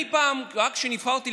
כשרק נבחרתי,